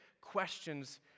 questions